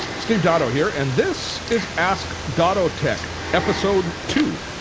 steve dotto here and this is ask dottotech episode two.